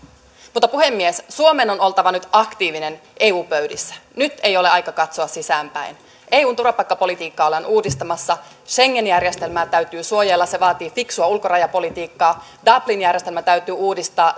mutta puhemies suomen on oltava nyt aktiivinen eu pöydissä nyt ei ole aika katsoa sisäänpäin eun turvapaikkapolitiikkaa ollaan uudistamassa schengen järjestelmää täytyy suojella se vaatii fiksua ulkorajapolitiikkaa dublin järjestelmä täytyy uudistaa